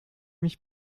mich